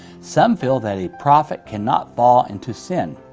some feel that a prophet cannot fall into sin,